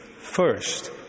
First